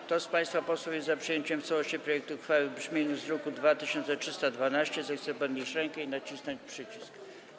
Kto z państwa posłów jest za przyjęciem w całości projektu uchwały w brzmieniu z druku nr 2312, zechce podnieść rękę i nacisnąć przycisk.